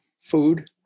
food